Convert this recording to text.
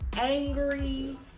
angry